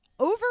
Over